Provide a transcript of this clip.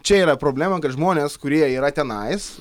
čia yra problema kad žmonės kurie yra tenais